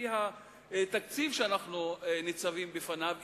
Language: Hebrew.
על-פי התקציב שאנו ניצבים לפניו,